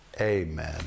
amen